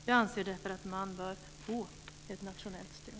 Jag anser därför att det bör få ett nationellt stöd.